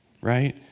right